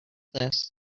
this